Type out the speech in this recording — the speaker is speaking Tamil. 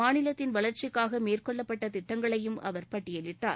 மாநிலத்தின் வளர்ச்சிக்காக மேற்கொள்ளப்பட்ட திட்டங்களையும் அவர் பட்டியலிட்டார்